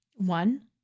One